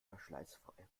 verschleißfrei